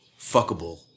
fuckable